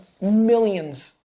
Millions